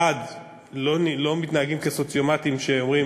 1. לא מתנהגים כסוציומטים שאומרים: